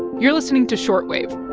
you're listening to short wave